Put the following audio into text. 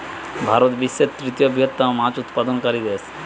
ভারত বিশ্বের তৃতীয় বৃহত্তম মাছ উৎপাদনকারী দেশ